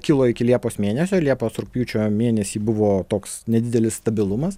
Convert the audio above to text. kilo iki liepos mėnesio liepos rugpjūčio mėnesį buvo toks nedidelis stabilumas